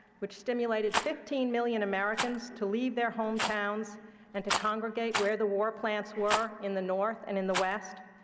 which stimulated fifteen million americans to leave their hometowns and to congregate where the war plants were in the north and in the west,